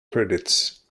credits